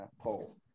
poll